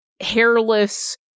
hairless